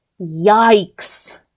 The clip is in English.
Yikes